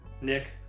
Nick